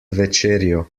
večerjo